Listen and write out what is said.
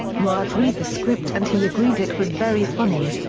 newhart read the script and he agreed it was very funny.